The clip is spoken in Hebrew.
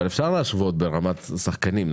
אבל אפשר להשוות ברמת שחקנים,